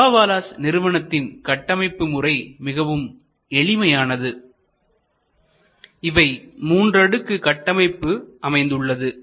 டப்பாவாலாஸ் நிறுவனத்தின் கட்டமைப்பு முறை மிகவும் எளிமையானது இவை மூன்று அடுக்கு கட்டமைப்பு அமைந்துள்ளது